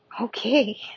Okay